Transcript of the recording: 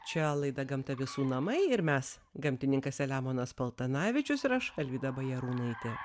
čia laida gamta visų namai ir mes gamtininkas selemonas paltanavičius ir aš alvyda bajarūnaitė